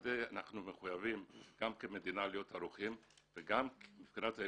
ואני כנציג המל"ל מטעם ראש הממשלה ליוויתי את כל העסק